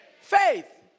faith